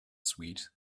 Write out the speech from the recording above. sweet